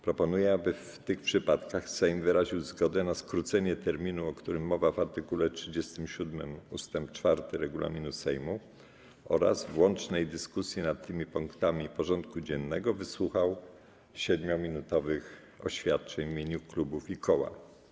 Proponuję, aby w tych przypadkach Sejm wyraził zgodę na skrócenie terminu, o którym mowa w art. 37 ust. 4 regulaminu Sejmu, oraz w łącznej dyskusji nad tymi punktami porządku dziennego wysłuchał 7-minutowych oświadczeń w imieniu klubów i koła.